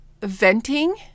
venting